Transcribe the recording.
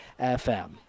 FM